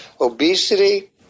obesity